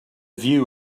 view